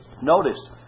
Notice